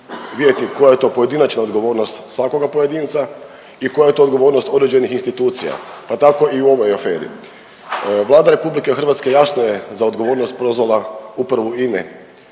vidjeti koja je to pojedinačna odgovornost svakoga pojedinca i koja je to odgovornost određenih institucija, pa tako i u ovoj aferi. Vlada RH jasno je za odgovornost prozvala Upravu INA-e